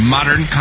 Modern